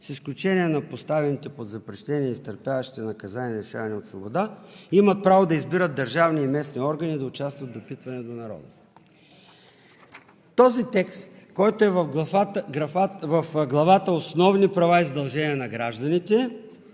с изключение на поставените под запрещение и изтърпяващите наказание лишаване от свобода, имат право да избират държавни и местни органи и да участват в допитвания до народа.“ Този текст, който е в Главата „Основни права и задължения на гражданите“,